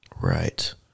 right